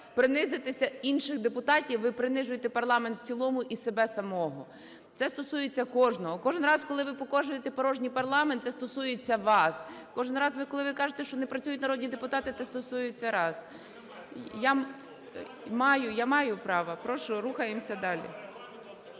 принизити інших депутатів, ви принижуєте парламент в цілому і себе самого. Це стосується кожного. Кожен раз, коли ви показуєте порожній парламент – це стосується вас. Кожен раз, коли ви кажете, що не працюють народні депутати – це стосується вас. Я маю, я маю право. Прошу, рахуємось далі.